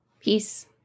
Peace